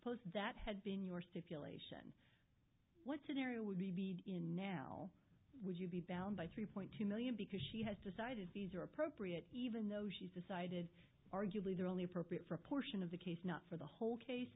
post that had been your state what's an area would be in now would you be bound by three point two million because she has decided these are appropriate even though she's decided arguably they're only appropriate for a portion of the case not for the whole case